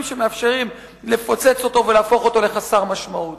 שמאפשרים לפוצץ אותו ולהפוך אותו לחסר משמעות.